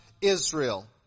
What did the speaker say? Israel